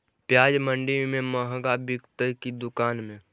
प्याज मंडि में मँहगा बिकते कि दुकान में?